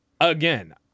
Again